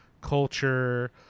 culture